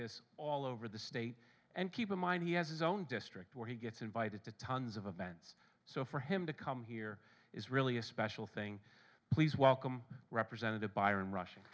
this all over the state and keep in mind he has his own district where he gets invited to tons of events so for him to come here is really a special thing please welcome representative byron rushing